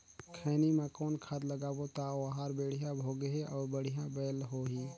खैनी मा कौन खाद लगाबो ता ओहार बेडिया भोगही अउ बढ़िया बैल होही?